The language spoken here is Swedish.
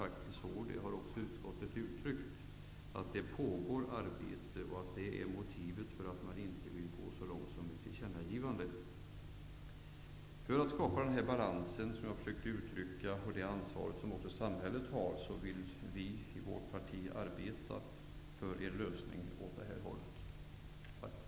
Det pågår ett sådant arbete, och det är skälet till att utskottet inte velat gå så långt som till ett tillkännagivande. För att nå denna balanspunkt vill vi i vårt parti arbeta för en lösning av det slag jag här talat för.